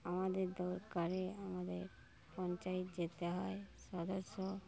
আমাদের দরকারে আমাদের পঞ্চায়েত যেতে হয় সদস্য